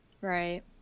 Right